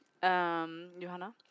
Johanna